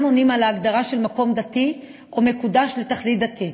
עונים על ההגדרה של מקום דתי או מקודש לתכלית דתית,